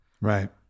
Right